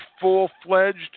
full-fledged